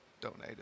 Donated